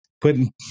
putting